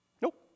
Nope